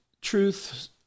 Truth